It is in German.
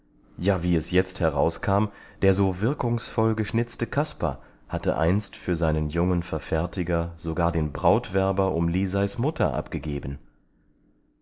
ja wie es jetzt herauskam der so wirkungsvoll geschnitzte kasper hatte einst für seinen jungen verfertiger sogar den brautwerber um liseis mutter abgegeben